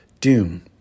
Doom